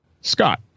Scott